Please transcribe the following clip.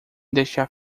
deixar